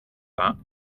that